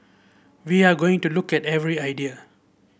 we are going to look at every idea